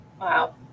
Wow